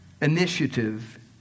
initiative